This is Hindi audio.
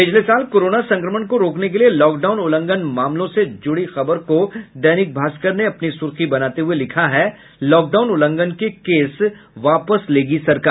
पिछले साल कोरोना संक्रमण को रोकने के लिए लॉकडाउन उल्लंघन मामलों से ज़ुड़ी खबर को दैनिक भास्कर ने अपनी सुर्खी बनाते हुये लिखा है लॉकडाउन उल्लंघन के केस वापस लेगी सरकार